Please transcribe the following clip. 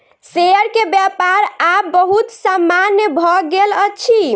share के व्यापार आब बहुत सामान्य भ गेल अछि